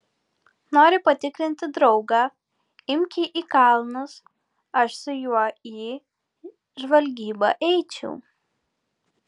nori patikrinti draugą imk jį į kalnus aš su juo į žvalgybą eičiau